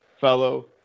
fellow